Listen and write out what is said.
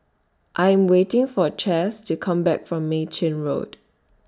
I Am waiting For Cas to Come Back from Mei Chin Road